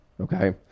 okay